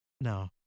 No